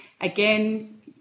again